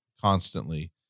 constantly